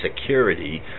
Security